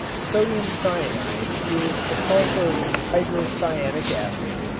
sodium cyanide is a salt of hydrocyanic acid,